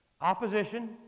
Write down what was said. opposition